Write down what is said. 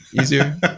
easier